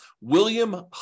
William